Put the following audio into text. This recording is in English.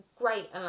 great